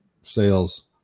sales